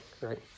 right